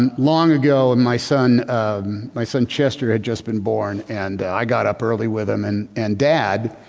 and long ago and my son um my son chester had just been born and i got up early with them and and dad,